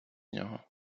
нього